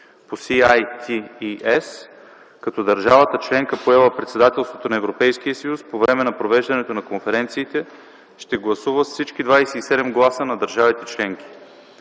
по CITES, като държавата членка, поела председателството на Европейския съюз, по време на провеждането на конференциите ще гласува с всички 27 гласа на държавите членки.